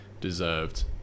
deserved